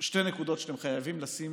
שתי נקודות שאתם חייבים לשים